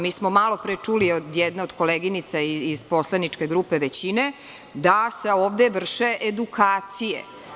Mi smo, malopre, čuli od jedne koleginice iz poslaničke grupe većine, da se ovde vrše edukacije.